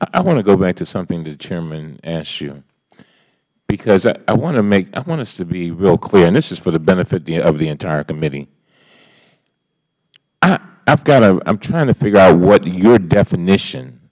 i want to go back to something the chairman asked you because i want to make i want us to be real clear and this is for the benefit of the entire committee i've got a i'm trying to figure out what your definition